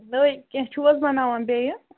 نٔے کیٚنٛہہ چھُو حظ بَناوان بیٚیہِ